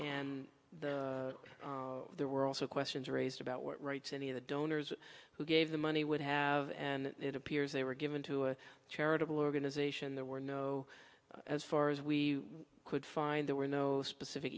and there were also questions raised about what rights any of the donors who gave the money would have and it appears they were given to a charitable organization there were no as far as we could find there were no specific